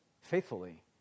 faithfully